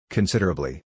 Considerably